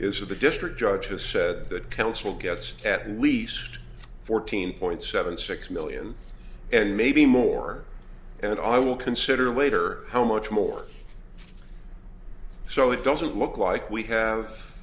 is that the district judge has said that counsel gets at least fourteen point seven six million and maybe more and i will consider later how much more so it doesn't look like we have